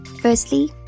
Firstly